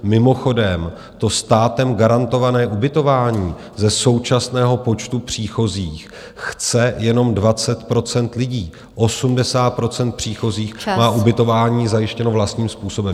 Mimochodem, to státem garantované ubytování ze současného počtu příchozích chce jenom 20 % lidí, 80 % příchozích má ubytování zajištěno vlastním způsobem.